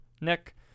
Nick